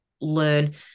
learn